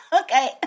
Okay